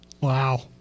Wow